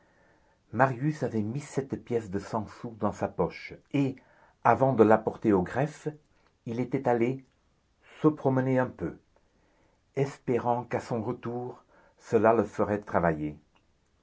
marius avait mis cette pièce de cent sous dans sa poche et avant de la porter au greffe il était allé se promener un peu espérant qu'à son retour cela le ferait travailler